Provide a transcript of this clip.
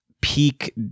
peak